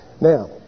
Now